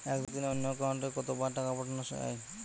একদিনে অন্য একাউন্টে কত বার টাকা পাঠানো য়ায়?